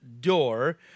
door